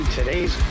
Today's